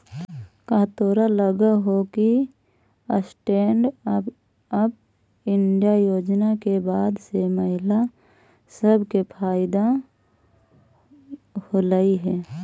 का तोरा लग हो कि स्टैन्ड अप इंडिया योजना के बाद से महिला सब के फयदा होलई हे?